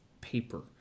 paper